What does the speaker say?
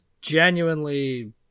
genuinely